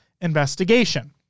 investigation